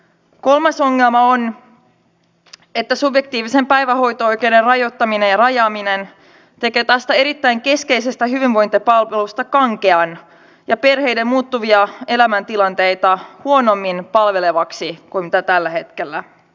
kolmas ongelma on että subjektiivisen päivähoito oikeuden rajoittaminen ja rajaaminen tekee tästä erittäin keskeisestä hyvinvointipalvelusta kankean ja perheiden muuttuvia elämäntilanteita huonommin palvelevan kuin se on tällä hetkellä